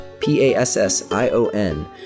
P-A-S-S-I-O-N